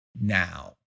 now